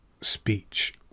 speech